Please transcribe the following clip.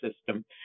system